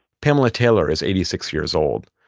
pamela taylor is eighty six years old.